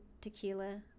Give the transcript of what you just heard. tequila